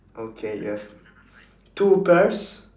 okay you have two pears